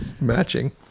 matching